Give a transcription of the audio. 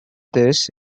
this